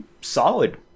solid